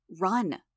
Run